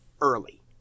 early